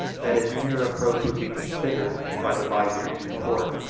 that his nearer approach would be considered, by the byzantine court,